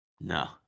No